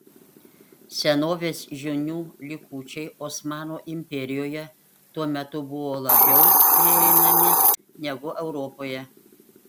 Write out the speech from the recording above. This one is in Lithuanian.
senovės žinių likučiai osmanų imperijoje tuo metu buvo labiau prieinami negu europoje